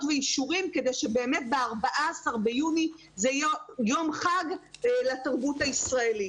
ואישורים כדי שבאמת ב-14 ביוני יהיה יום חג לתרבות הישראלית.